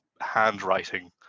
handwriting